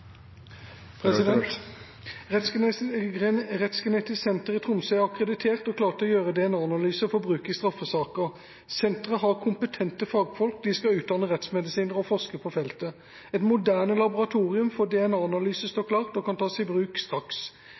åpnes for replikkordskifte. Rettsgenetisk senter i Tromsø er akkreditert og klar til å gjøre DNA-analyser for bruk i straffesaker. Senteret har kompetente fagfolk, de skal utdanne rettsmedisinere og forskere på feltet. Et moderne laboratorium for DNA-analyse står klart og kan tas i bruk straks.